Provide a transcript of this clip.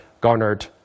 garnered